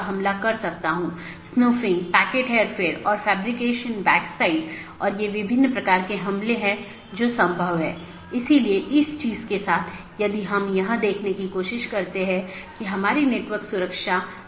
हालांकि हर संदेश को भेजने की आवश्यकता नहीं है